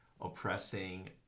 oppressing